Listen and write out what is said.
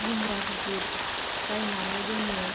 दुंग्रा गिदिर बायनानै जोङो